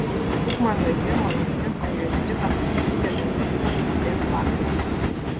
būk mandagi maloni o jei turi ką pasakyti apie skyrybas kalbėk faktais